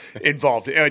involved